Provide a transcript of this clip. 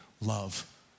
love